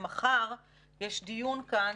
שמחר יש דיון כאן,